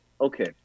okay